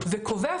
וקובע,